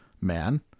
man